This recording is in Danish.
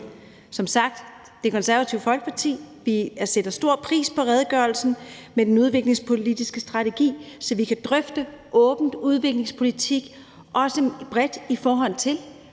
vi i Det Konservative Folkeparti stor pris på redegørelsen om den udviklingspolitiske strategi, så vi åbent kan drøfte udviklingspolitik, også bredt i forhold til